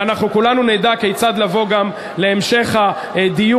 ואנחנו כולנו נדע כיצד לבוא גם להמשך הדיון